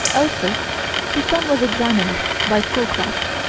also the stone was examined by schoolcraft.